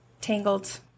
Tangled